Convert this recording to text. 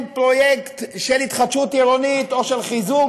פרויקט של התחדשות עירונית או של חיזוק